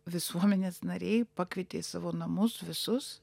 visuomenės nariai pakvietė į savo namus visus